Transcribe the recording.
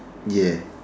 ya